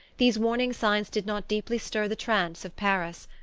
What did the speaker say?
these warning signs did not deeply stir the trance of paris.